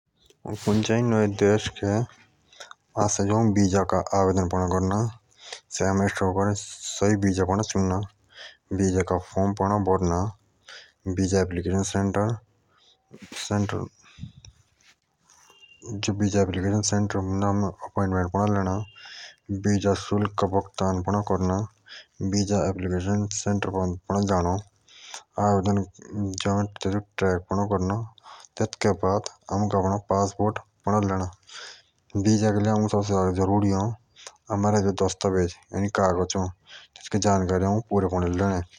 नई देश के आस्थे आमे बीजा का आवेदन पढ़ा करना सेजा आम ऐसा शकों करे की आगे आमुक देश पड़ा चुनना थे थोक। के बाद अओमुक फॉर्म पड़ना भरना ठेकोके बाद आमुक तबे अओमुक फीस पड़े काटने बीजा अप्लीकेशन फार्म पादे आमोको थे थोक बाद आमोख अपलाई पड़ा करना और आमुक अपना पासपोर्ट पड़ा लेना।